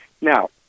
Now